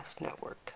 Network